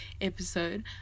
episode